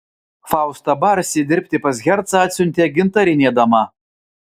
faustą barsį dirbti pas hercą atsiuntė gintarinė dama